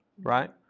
right